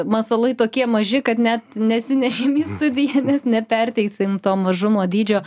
masalai tokie maži kad net nesinešėm į studiją nes neperteiksim to mažumo dydžio